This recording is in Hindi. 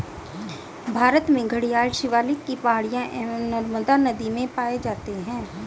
भारत में घड़ियाल शिवालिक की पहाड़ियां एवं नर्मदा नदी में पाए जाते हैं